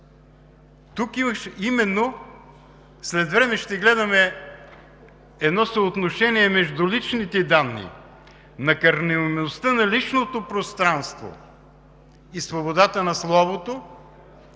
Тук именно след време ще гледаме едно съотношение между личните данни, накърнимостта на личното пространство и свободата на словото,